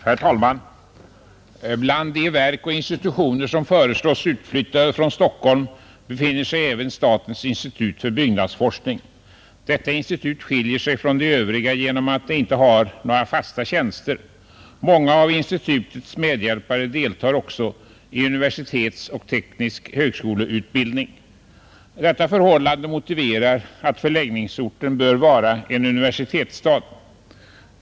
Herr talman! Bland de verk och institutioner som föreslås utflyttade från Stockholm befinner sig även statens institut för byggnadsforskning. Detta institut skiljer sig från de övriga genom att det inte har några fasta tjänster. Många av institutets medhjälpare deltar också i universitetsutbildning och teknisk högskoleutbildning. Detta förhållande motiverar att förläggningsorten är en universitetsstad.